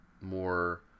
more